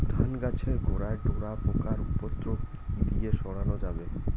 ধান গাছের গোড়ায় ডোরা পোকার উপদ্রব কি দিয়ে সারানো যাবে?